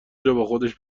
جاباخودش